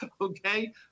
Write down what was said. Okay